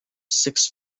six